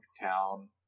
town